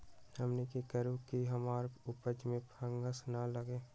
हमनी की करू की हमार उपज में फंगस ना लगे?